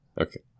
okay